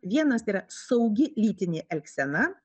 vienas yra saugi lytinė elgsena